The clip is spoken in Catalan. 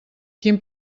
quin